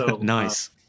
Nice